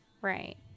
Right